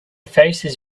faces